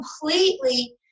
completely